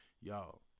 Y'all